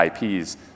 IPs